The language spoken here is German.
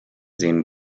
sehen